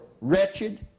wretched